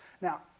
Now